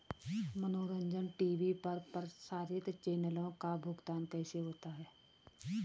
मनोरंजन टी.वी पर प्रसारित चैनलों का भुगतान कैसे होता है?